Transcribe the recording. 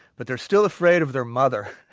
but they're still afraid of their mother.